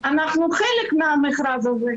אנחנו חלק ממנו.